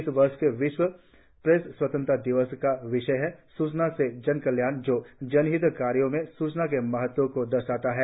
इस वर्ष के विश्व प्रेस स्वतंत्रता दिवस का विषय है सूचना से जनकल्याण जो जनहित कार्यो में सूचना के महत्व को दर्शाता है